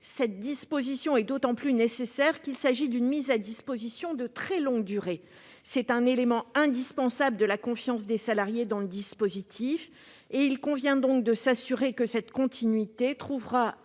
Cette mesure est d'autant plus nécessaire qu'il s'agit d'une mise à disposition de très longue durée. C'est un élément indispensable de la confiance des salariés dans le dispositif, et il convient donc de s'assurer que cette continuité trouvera